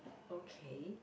okay